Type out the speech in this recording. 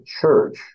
church